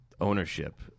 ownership